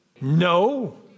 No